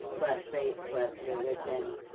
cross-race, cross-religion,